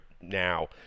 now